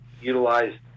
utilized